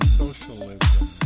socialism